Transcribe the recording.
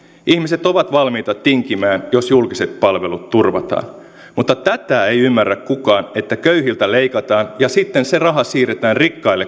ihmiset ovat valmiita tinkimään jos julkiset palvelut turvataan mutta tätä ei ymmärrä kukaan että köyhiltä leikataan ja sitten se raha siirretään rikkaille